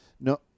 no